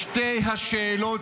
לשתי השאלות